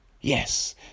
yes